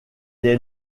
est